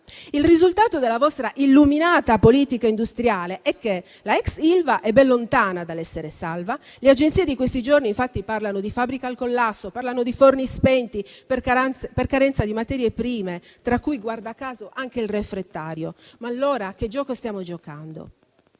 Il risultato della vostra illuminata politica industriale è che l'ex Ilva è ben lontana dall'essere salva; le agenzie di questi giorni infatti parlano di fabbrica al collasso, di forni spenti per carenza di materie prime, tra cui - guarda caso - anche il refrattario. Ma allora a che gioco stiamo giocando?